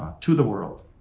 to the world.